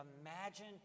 imagine